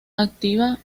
activa